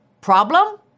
problem